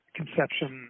conception